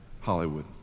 Hollywood